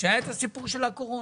כשהיה את הסיפור של הקורונה.